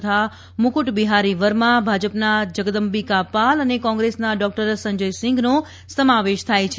તથા મુકુટ બિફારી વર્મા ભાજપના જગદંબિકા પાલ અને કોંગ્રેસના ડાક્ટર સંજય સિંધનો સમાવેશ થાય છે